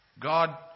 God